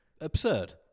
absurd